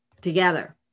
together